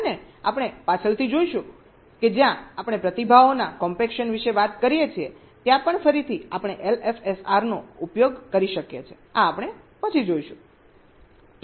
અને આપણે પાછળથી જોઈશું કે જ્યાં આપણે પ્રતિભાવોના કોમ્પેક્શન વિશે વાત કરીએ છીએ ત્યાં પણ ફરીથી આપણે LFSR નો ઉપયોગ કરી શકીએ છીએ આ આપણે પછી જોઈશું